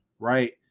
right